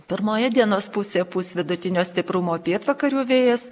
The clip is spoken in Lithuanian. pirmoje dienos pusėje pūs vidutinio stiprumo pietvakarių vėjas